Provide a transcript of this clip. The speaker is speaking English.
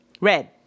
Red